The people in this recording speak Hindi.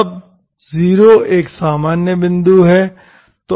अब 0 एक सामान्य बिंदु है